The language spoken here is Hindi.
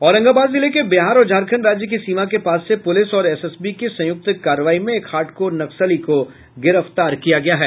औरंगाबाद जिले के बिहार और झारखंड राज्य की सीमा के पास से पुलिस और एसएसबी की संयुक्त कार्रवाई में एक हार्डकोर नक्सली को गिरफ्तार किया गया है